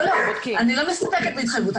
אני לא מסתפקת בהתחייבות.